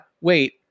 wait